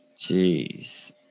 Jeez